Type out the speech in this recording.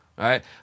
right